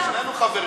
יש פה הסכמה.